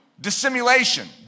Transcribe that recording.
dissimulation